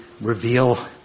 reveal